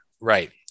Right